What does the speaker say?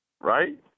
Right